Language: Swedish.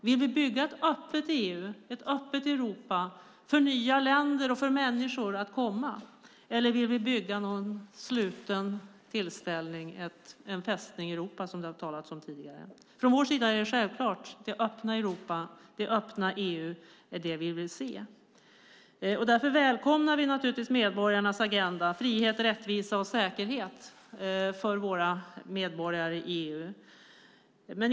Vill vi bygga ett öppet EU, ett öppet Europa, för nya länder och människor att komma till eller vill vi bygga ett slutet Europa, en "Fästning Europa"? Från vår sida är det det öppna Europa, det öppna EU, vi vill se. Därför välkomnar vi en medborgarnas agenda: frihet, rättvisa och säkerhet för våra medborgare i EU.